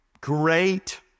great